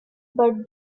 but